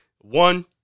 one